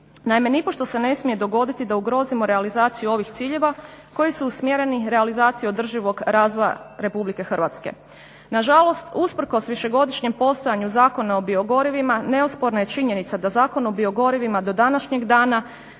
Naime, nipošto se ne smije dogoditi da ugrozimo realizaciju ovih ciljeva koji su usmjereni realizaciji održivog razvoja RH. nažalost usprkos višegodišnjem postojanju Zakona o biogorivima neosporna je činjenica da Zakon o biogorivima do današnjeg dana